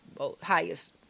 highest